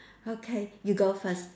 okay you go first